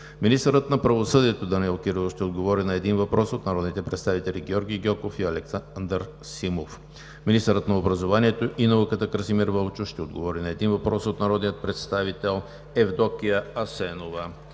Министърът на правосъдието Данаил Кирилов ще отговори на един въпрос от народните представители Георги Гьоков и Александър Симов; 8. Министърът на образованието и науката Красимир Вълчев ще отговори на един въпрос от народния представител Евдокия Асенова.